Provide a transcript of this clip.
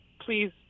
please